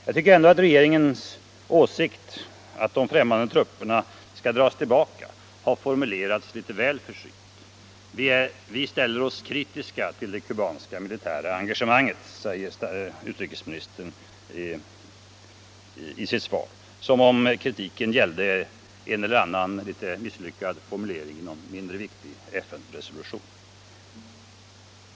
Jag tycker ändå att regeringens åsikt att de främmande trupperna skall dras tillbaka har formulerats litet väl försynt. ”Vi ställer oss kritiska till det kubanska militära engagemanget”, säger utrikesministern i sitt svar — som om kritiken gällde en eller annan misslyckad formulering i någon mindre viktig FN-resolution.